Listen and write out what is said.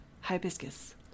Hibiscus